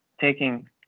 taking